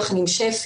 יחד עם שפ"י,